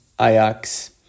Ajax